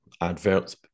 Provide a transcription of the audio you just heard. adverts